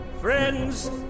Friends